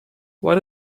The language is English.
what